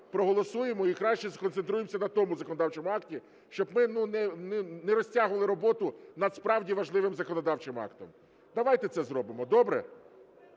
проголосуємо і краще сконцентруємося на тому законодавчому акті, щоб ми не розтягували роботу над справді важливим законодавчим актом. Давайте це зробимо. Добре?